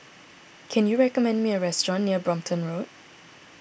can you recommend me a restaurant near Brompton Road